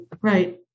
right